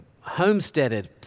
homesteaded